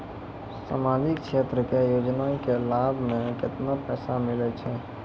समाजिक क्षेत्र के योजना के लाभ मे केतना पैसा मिलै छै?